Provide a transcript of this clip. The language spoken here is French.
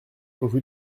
rue